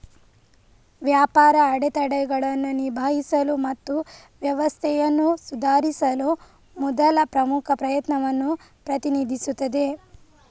ವ್ಯಾಪಾರ ಅಡೆತಡೆಗಳನ್ನು ನಿಭಾಯಿಸಲು ಮತ್ತು ವ್ಯವಸ್ಥೆಯನ್ನು ಸುಧಾರಿಸಲು ಮೊದಲ ಪ್ರಮುಖ ಪ್ರಯತ್ನವನ್ನು ಪ್ರತಿನಿಧಿಸುತ್ತದೆ